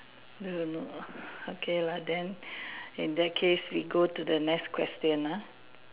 you don't know okay lah then in that case we go to the next question ah